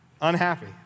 unhappy